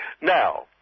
now